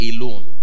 alone